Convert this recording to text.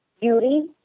beauty